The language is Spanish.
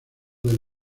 del